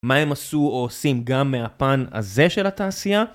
מה הם עשו או עושים גם מהפן הזה של התעשייה